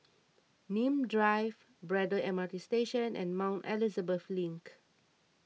Nim Drive Braddell M RT Station and Mount Elizabeth Link